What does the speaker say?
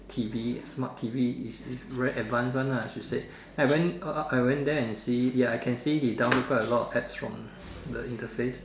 T_V smart T_V is is very advance one ah she said I went up I went there and see I can see she download quite a lot of apps from the interface